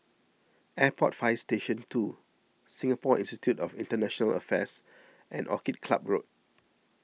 Airport Fire Station two Singapore Institute of International Affairs and Orchid Club Road